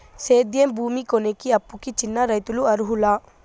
సేద్యం భూమి కొనేకి, అప్పుకి చిన్న రైతులు అర్హులా?